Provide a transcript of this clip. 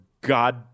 god